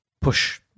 push